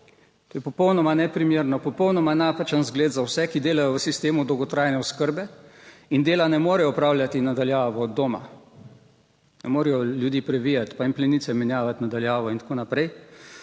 To je popolnoma neprimerno, popolnoma napačen zgled za vse, ki delajo v sistemu dolgotrajne oskrbe in dela ne morejo opravljati na daljavo od doma. Ne morejo ljudi previjati, pa jim plenice menjavati na daljavo in tako naprej.